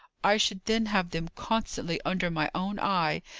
i should then have them constantly under my own eye,